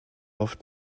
oft